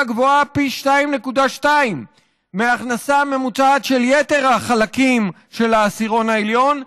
גבוהה פי 2.2 מההכנסה הממוצעות של יתר החלקים של העשירון העליון,